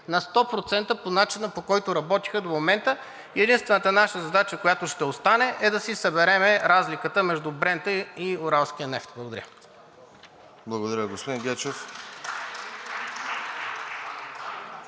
на 100% по начина, по който работиха до момента, и единствената наша задача, която ще остане, е да си съберем разликата между брента и уралския нефт. Благодаря. (Ръкопляскания